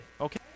okay